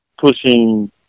pushing